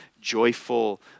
joyful